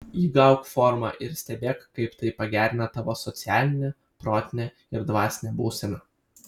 įgauk formą ir stebėk kaip tai pagerina tavo socialinę protinę ir dvasinę būseną